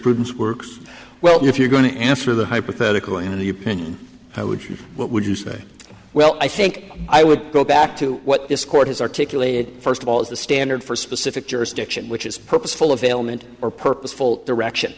jurisprudence works well if you're going to answer the hypothetical in the opinion i would what would you say well i think i would go back to what this court has articulated first of all is the standard for specific jurisdiction which is purposeful of ailment or purposeful direction